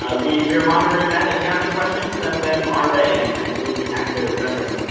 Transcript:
ah we're we're monitoring that, if you have any questions send them our way and and we'll be happy to address em.